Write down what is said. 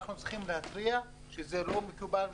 אנחנו צריכים להתריע שזה לא מקובל,